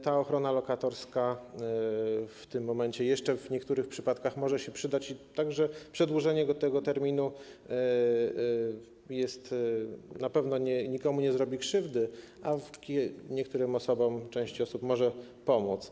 Ta ochrona lokatorska w tym momencie jeszcze w niektórych przypadkach może się przydać i przedłużenie tego terminu na pewno nikomu nie zrobi krzywdy, a niektórym osobom, części osób, może pomóc.